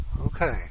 Okay